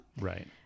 Right